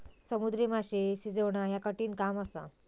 समुद्री माशे शिजवणा ह्या कठिण काम असा